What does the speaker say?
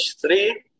three